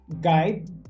guide